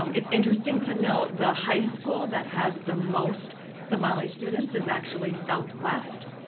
um it's interesting to note the high school that has the most somali students is actually southwest.